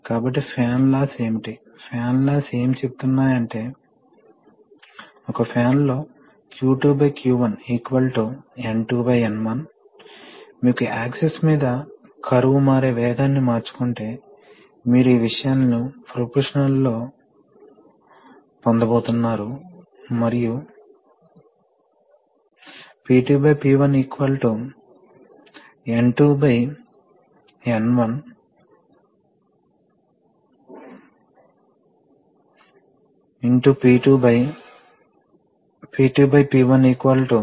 కాబట్టి మేము ఈ పరికరాలను ఒక్కొక్కటిగా సరఫరా చేసే మూడు వేర్వేరు కంప్రెసర్లను కనెక్ట్ చేయబోతున్నాము కాబట్టి మనకు ఇక్కడ ఒక పరికరం అవసరం ఇది బహుశా మీకు 300 పిఎస్ఐ తెలుసు కాబట్టి ఇది 300 పిఎస్ఐ ప్రెషర్ ని తీసుకోని మరియు దానిని 50 లేదా 120 గా మారుస్తుంది వాస్తవానికి మేము ఈ పరికరాలన్నింటికీ వేర్వేరు ప్రెషర్ రెగ్యులేటర్లను ఉంచబోతున్నాము మరియు ఒకే కంప్రెసర్ను కలిగి ఉన్నాము కాబట్టి మొదట అది చౌకగా ఉంటుంది రెండవ విషయం ఏమిటంటే రిజర్వాయర్ యొక్క హిస్టెరిసిస్ కంట్రోల్స్ చూసినప్పుడు ఈ ప్రెషర్ సోర్స్ హెచ్చుతగ్గులకు గురవుతుంది